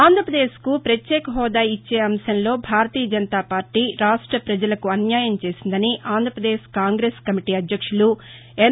ఆంధ్రప్రదేశ్కు పత్యేక హోదా ఇచ్చే అంశంలో భారతీయ జనతా పార్టీ రాష్ట ప్రజలకు అన్యాయం చేసిందని ఆంధ్రప్రదేశ్ కాంగ్రెస్ కమిటీ అధ్యక్షులు ఎన్